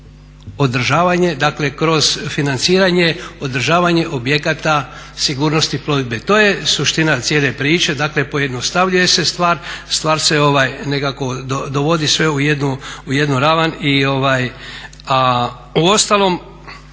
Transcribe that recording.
kroz financiranje, održavanje objekata sigurnosti plovidbe. To je suština cijele priče. Dakle, pojednostavljuje se stvar. Stvar se nekako dovodi sve u jednu ravan,